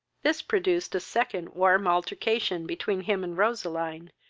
this produced a second warm altercation between him and roseline,